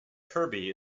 kirby